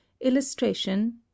illustration